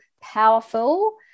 powerful